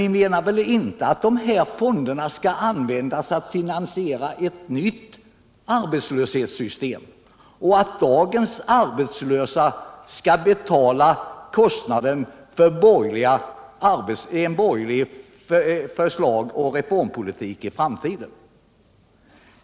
Ni menar väl inte att dessa fonder skall användas för att finansiera ett nytt arbetslöshetsförsäkringssystem och att dagens arbetslösa skall betala kostnaden för borgerliga förslag och borgerlig reformpolitik i framtiden?